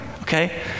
okay